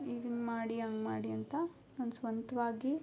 ಈಗಿಂಗೆ ಮಾಡಿ ಹಂಗ್ ಮಾಡಿ ಅಂತ ನನ್ನ ಸ್ವಂತವಾಗಿ